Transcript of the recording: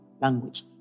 Language